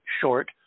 short